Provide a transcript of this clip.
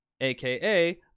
aka